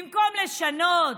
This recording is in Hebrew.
במקום לשנות,